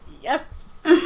yes